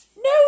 No